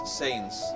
saints